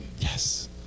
Yes